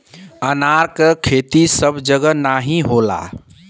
अनार क खेती सब जगह नाहीं होला